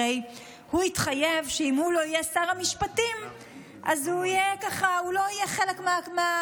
הרי הוא התחייב שאם הוא לא יהיה שר המשפטים אז הוא לא יהיה חלק מהממשלה,